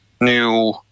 new